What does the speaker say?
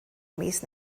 mis